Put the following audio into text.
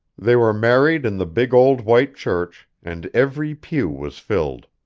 they were married in the big old white church, and every pew was filled.